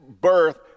birth